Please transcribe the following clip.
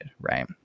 Right